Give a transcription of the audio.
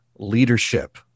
leadership